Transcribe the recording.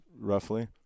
roughly